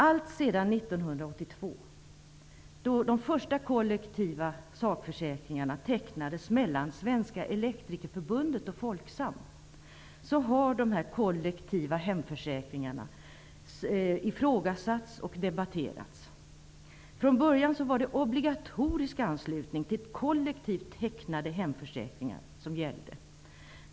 Alltsedan 1982, då de första kollektiva sakförsäkringarna tecknades mellan Svenska elektrikerförbundet och Folksam, har de kollektiva sakförsäkringarna ifrågasatts och debatterats. Från början var det obligatorisk anslutning till kollektivt tecknade hemförsäkringar som gällde.